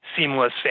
seamless